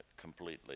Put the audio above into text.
completely